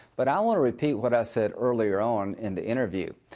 but i want to repeat what i said earlier on in the interview.